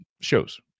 shows